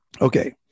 Okay